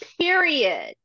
Period